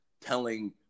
telling